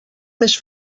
més